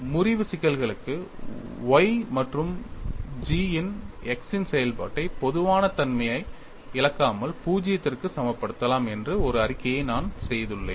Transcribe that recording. முறிவு சிக்கல்களுக்கு y மற்றும் g இன் x இன் செயல்பாட்டை பொதுவான தன்மையை இழக்காமல் 0 க்கு சமப்படுத்தலாம் என்று ஒரு அறிக்கையை நான் செய்துள்ளேன்